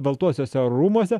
baltuosiuose rūmuose